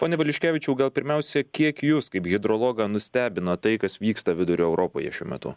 pone valiuškevičiau gal pirmiausia kiek jus kaip hidrologą nustebino tai kas vyksta vidurio europoje šiuo metu